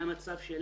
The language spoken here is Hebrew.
מהמצב של